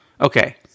Okay